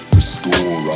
Restore